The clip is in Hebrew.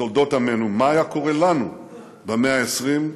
לתולדות עמנו, מה היה קורה לנו במאה ה-20,